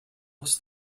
was